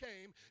came